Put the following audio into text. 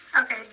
Okay